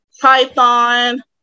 Python